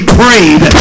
prayed